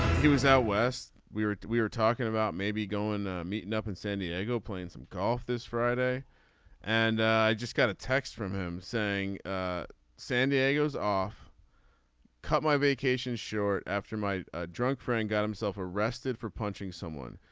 he was out west. we were we were talking about maybe going meeting up in and san diego playing some golf this friday and i just got a text from him saying san diego is off cut my vacation short after my ah drunk friend and got himself arrested for punching someone.